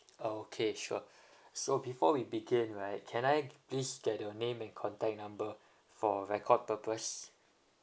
oh okay sure so before we begin right can I please get your name and contact number for record purpose